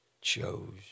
chose